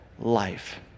life